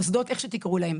המוסדות או איך שתקראו להם.